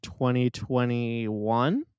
2021